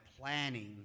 planning